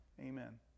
Amen